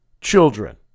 children